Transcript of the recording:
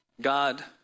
God